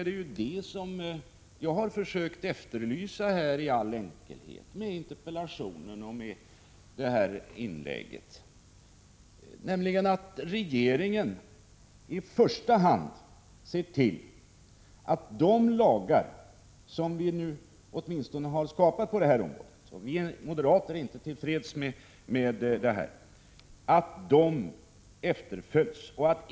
Det är vad jag i all enkelhet efterlyst i min interpellation och mitt inlägg, när jag sagt att regeringen i första hand skall se till att de lagar som vi skapat på detta område efterföljs.